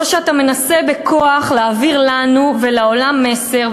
או שאתה מנסה בכוח להעביר לנו ולעולם מסר,